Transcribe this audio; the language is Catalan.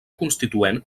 constituent